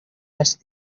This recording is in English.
asked